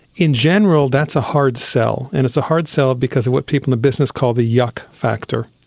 in general that's a hard sell, and it's a hard sell because of what people in the business called the yuck factor.